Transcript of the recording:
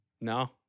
No